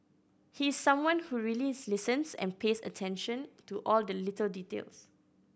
he's someone who really listens and pays attention to all the little details